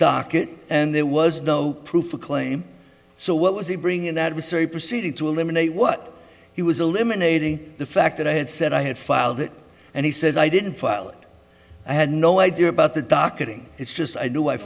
docket and there was no proof a claim so what was it bring an adversary proceeding to eliminate what he was eliminating the fact that i had said i had filed it and he says i didn't file it i had no idea about the darkening it's just i knew i